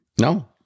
no